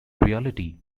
reality